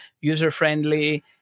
user-friendly